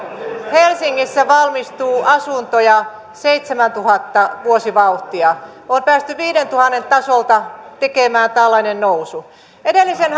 helsingissä valmistuu asuntoja seitsemäntuhannen vuosivauhtia on päästy viidentuhannen tasolta tekemään tällainen nousu edellisen